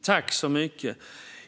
Fru talman!